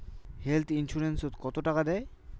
Health insurance ওত কত টাকা দেয়?